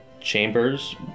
chambers